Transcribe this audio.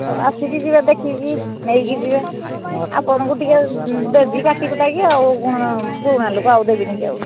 ହଉ ଆସିକି ଯିବା ଦେଖିକି ନେଇକି ଯିବା ଆପଣଙ୍କୁ ଟିକେ ଦେବି କାଟିକୁୁଟାକିି ଆଉ କ'ଣ ପୁରୁଣା ଲୋକ ଆଉ ଦେବିନି କିି ଆଉ